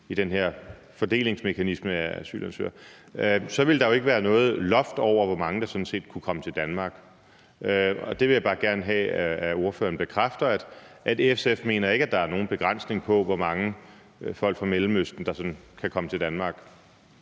i den her fordelingsmekanisme for asylansøgere, så ville der jo ikke være noget loft over, hvor mange der sådan set kunne komme til Danmark. Jeg vil bare gerne have, at ordføreren bekræfter, at SF ikke mener, at der er nogen begrænsning for, hvor mange folk fra Mellemøsten der kan komme til Danmark.